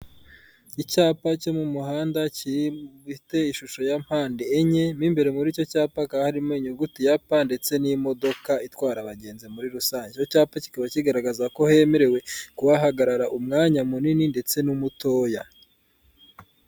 Icyapa cyo mu muhanda ki mu ishusho ya mpande enye mw'imbere muri icyo cyapaka harimo inyuguti ya pa ndetse n'imodoka itwara abagenzi muri rusange. Icyapa kikaba kigaragaza ko hemerewe kuhahagarara umwanya munini ndetse n'umutoya.